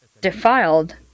Defiled